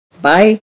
bye